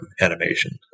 animation